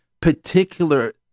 particular